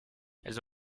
elles